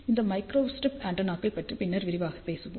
இந்த மைக்ரோஸ்ட்ரிப் ஆண்டெனாக்கள் பற்றி பின்னர் விரிவாகப் பேசுவோம்